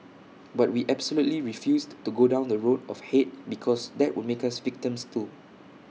but we absolutely refused to go down the road of hate because that would make us victims too